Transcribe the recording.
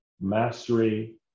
mastery